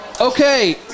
Okay